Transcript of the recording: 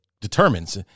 determines